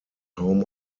home